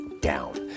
down